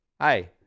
hi